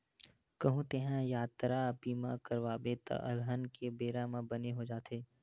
कहूँ तेंहा यातरा बीमा करवाबे त अलहन के बेरा बर बने हो जाथे